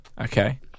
okay